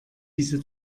diese